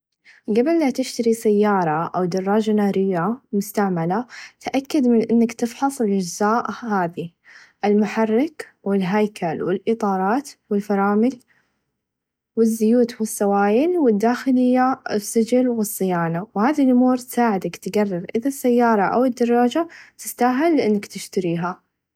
قبل ما تشتري سياره أو دراچه ناريه مستعمله تأكد من إنك تفحص الأچزاء هاذي المحرك و الهيكل و الإيطارات و الفرامل و الزيوت و السوايل و الداخليه السچل و الصيانه و هذا الأمور تساعدك تقرر إذا السياره أو الدراچه تستاهل إنك تشتريها.